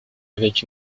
dans